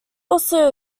also